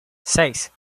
seis